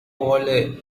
wallet